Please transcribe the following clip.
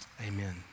amen